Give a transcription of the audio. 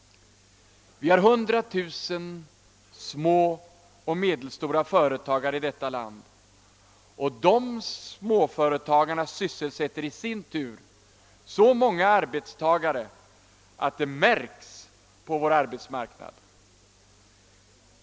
Vi har 100 000 små och medelstora företagare i detta land, och de sysselsätter i sin tur så många arbetstagare att det märks på vår arbetsmarknad.